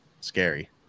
scary